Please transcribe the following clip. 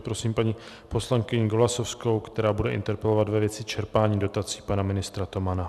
Prosím paní poslankyni Golasowskou, která bude interpelovat ve věci čerpání dotací pana ministra Tomana.